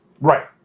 Right